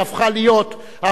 שהפך להיות למסורת,